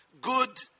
good